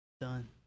Done